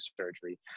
surgery